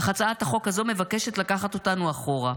אך הצעת החוק הזו מבקשת לקחת אותנו אחורה.